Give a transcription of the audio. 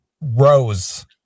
rose